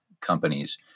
companies